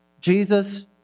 Jesus